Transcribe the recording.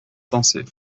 penser